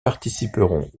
participeront